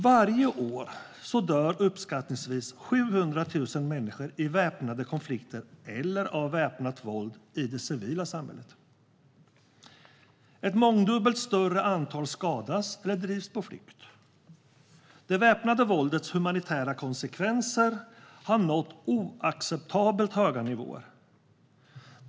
Varje år dör uppskattningsvis 700 000 människor i väpnade konflikter eller av väpnat våld i det civila samhället. Ett mångdubbelt större antal skadas eller drivs på flykt. Det väpnade våldets humanitära konsekvenser har nått oacceptabelt höga nivåer.